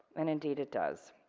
and indeed it does.